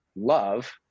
love